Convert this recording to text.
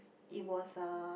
it was a